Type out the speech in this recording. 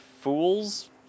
fool's